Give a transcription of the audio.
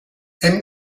hem